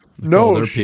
No